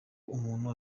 umuntu